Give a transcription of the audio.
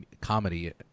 comedy